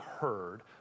heard